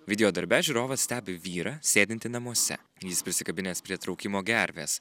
video darbe žiūrovas stebi vyrą sėdintį namuose jis prisikabinęs prie traukimo gervės